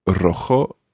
Rojo